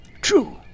true